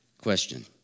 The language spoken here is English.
Question